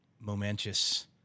momentous